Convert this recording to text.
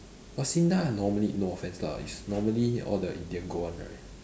but SINDA normally no offence lah it's normally all the indian go one right